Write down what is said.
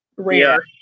rare